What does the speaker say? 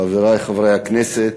חברי חברי הכנסת,